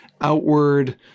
outward